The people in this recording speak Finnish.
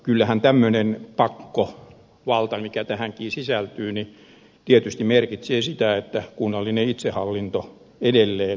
kyllähän tämmöinen pakkovalta mikä tähänkin sisältyy tietysti merkitsee sitä että kunnallinen itsehallinto edelleen kaventuu